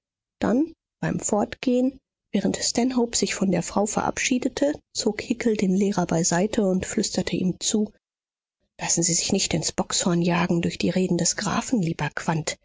dann beim fortgehen während stanhope sich von der frau verabschiedete zog hickel den lehrer beiseite und flüsterte ihm zu lassen sie sich nicht ins bockshorn jagen durch die reden des grafen lieber